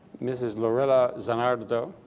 mrs. lorella zanardo,